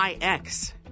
IX